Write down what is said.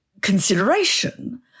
consideration